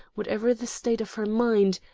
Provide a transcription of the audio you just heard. whatever the state of her mind,